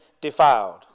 defiled